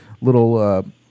little